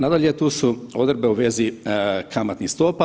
Nadalje, tu su odredbe u vezi kamatnih stopa.